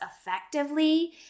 effectively